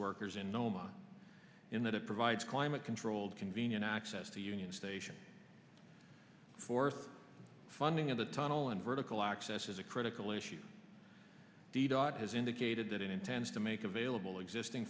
workers in noma in that it provides climate controlled convenient access to union station fourth funding of the tunnel and vertical access is a critical issue the dot has indicated that it intends to make available existing